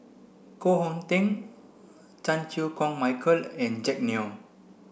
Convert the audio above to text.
Koh Hong Teng Chan Chew Koon Michael and Jack Neo